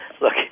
look